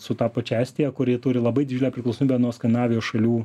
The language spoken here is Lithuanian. su ta pačia estija kuri turi labai didelę priklausomybę nuo skandinavijos šalių